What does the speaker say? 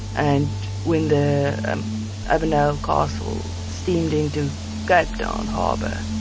and when the ivanhoe consul steamed into cape town harbour,